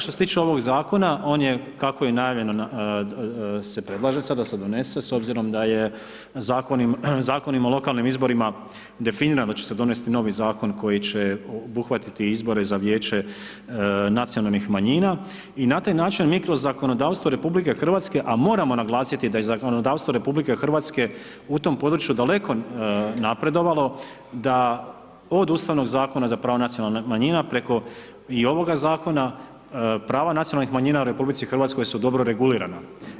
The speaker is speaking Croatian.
Što se tiče ovog zakona, on je kako je najavljen, se predlaže, sada se donese, s obzirom da je zakonima o lokalnim izborima, definirano da će se donijeti novi zakon, koji će obuhvatiti izbore za vijeće nacionalnih manjina i na taj način mi kroz zakonodavstvu RH, a moramo naglasiti da je zakonodavstvo RH u tom području daleko napredovalo, da odustanu od Zakona za pravo nacionalnih manjina, preko i ovoga zakona, prava nacionalnih manjina u RH su dobro regulirano.